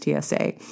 TSA